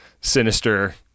sinister